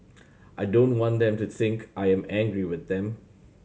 I don't want them to think I am angry with them